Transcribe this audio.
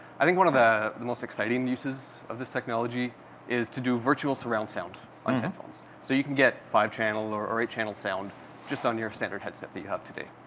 i think one of the the most exciting uses of this technology is to do virtual surround sound on headphones. so you can get five channel or eight channel sound just on your center headset that you have today.